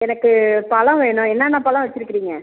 எனக்கு பழம் வேணும் என்னென்ன பழம் வச்சுருக்குறீங்க